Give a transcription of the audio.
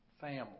family